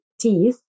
teeth